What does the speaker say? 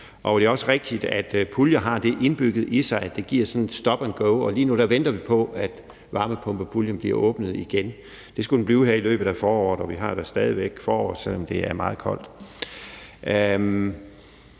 Det er også rigtigt, at puljer har det indbygget i sig, at det giver sådan en stop and go-effekt, og lige nu venter vi på, at varmepumpepuljen bliver åbnet igen. Det skulle den blive her i løbet af foråret – og vi har da stadig væk forår, selv om det er meget koldt.